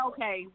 Okay